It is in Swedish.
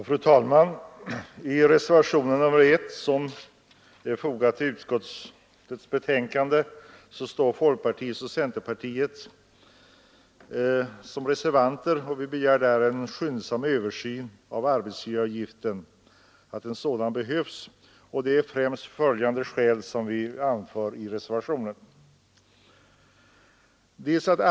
Fru talman! I reservationen 1 begär vi från folkpartiet och centerpartiet att en skyndsam översyn av arbetsgivaravgiften skall göras. Som skäl anför vi främst följande.